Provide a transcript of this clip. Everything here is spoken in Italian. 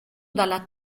dalla